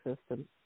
system